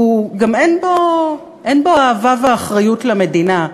וגם אין בו אהבה ואחריות למדינה,